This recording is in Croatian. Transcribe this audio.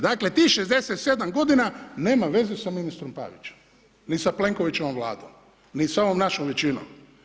Dakle, tih 67 godina nema veze sa ministrom Pavićem, niti sa Plenkovićevom Vladom, ni sa ovom našom većinom.